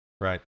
Right